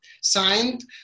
signed